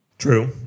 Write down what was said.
True